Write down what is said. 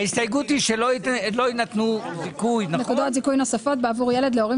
ההסתייגות היא שלא יינתנו --- נקודות זיכוי נוספות בעבור ילד להורים